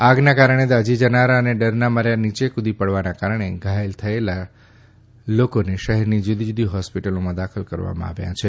આગના કારણે દાઝી જનારા અને ડરના માર્યા નીચે કૂદી પડવાના કારણે ઘાયલ થયેલા શહેરની જુદી જુદી હોસ્પિટલોમાં દાખલ કરવામાં આવ્યા છે